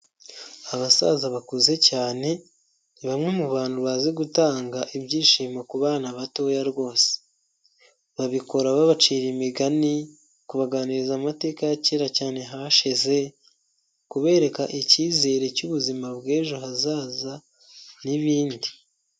Abasaza bakuze cyane ni bamwe mu bantu bazi gutanga ibyishimo ku bana batoya rwose babikora babacira imigani kubaganiriza amateka ya kera cyane hashize kubereka icyizere cy'ubuzima bw'ejo hazaza n'ibindi.